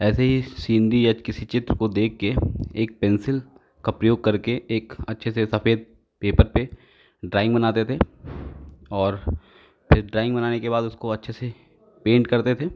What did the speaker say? ऐसे ही सीधी या किसी चित्र को देख कर एक पेंसिल का प्रयोग करके एक अच्छे से सफ़ेद पेपर पर ड्राइंग बनाते थे और फिर ड्राइंग बनाने के बाद उसको अच्छे से पेंट करते थे